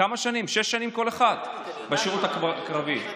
כמה שנים בשירות הקרבי,